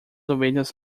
ovelhas